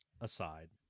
aside